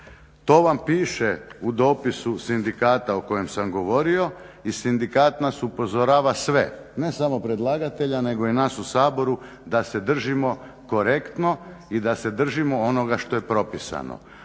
To vam piše u dopisu sindikata o kojem sam govorio i sindikat nas upozorava sve, ne samo predlagatelja nego i nas u Saboru da se držimo korektno i da se držimo onoga što je propisano,